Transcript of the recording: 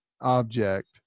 object